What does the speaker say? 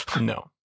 No